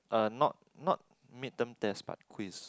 uh not not mid term test but quiz